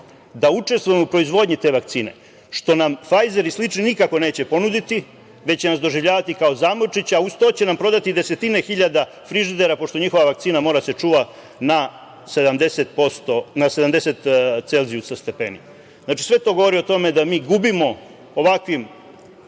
da učestvujemo u proizvodnji te vakcine, što nam „Fajzer“ i slični nikako neće ponuditi, već će nas doživljavati kao zamorčiće, a uz to će nam prodati desetine hiljada frižidera, pošto njihova vakcina mora da se čuva na 70 stepeni celzijusa. Znači, sve to govori o tome da mi gubimo ovakvim